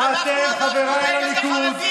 היום אנחנו כבר לא שותקים.